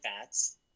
fats